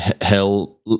hell